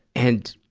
and,